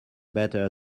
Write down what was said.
better